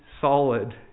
solid